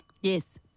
yes